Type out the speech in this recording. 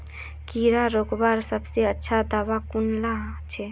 कीड़ा रोकवार सबसे अच्छा दाबा कुनला छे?